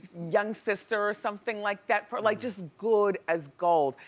young sister or something like that, like just good as gold.